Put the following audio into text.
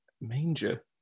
Manger